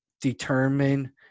determine